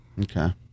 Okay